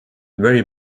very